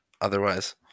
otherwise